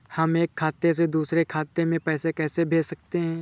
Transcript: हम एक खाते से दूसरे खाते में पैसे कैसे भेज सकते हैं?